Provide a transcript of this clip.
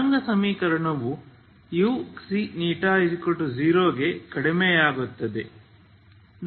ತರಂಗ ಸಮೀಕರಣವು uξη0 ಗೆ ಕಡಿಮೆಯಾಗುತ್ತದೆ